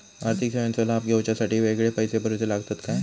आर्थिक सेवेंचो लाभ घेवच्यासाठी वेगळे पैसे भरुचे लागतत काय?